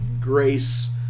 grace